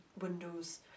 windows